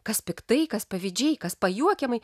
kas piktai kas pavydžiai kas pajuokiamai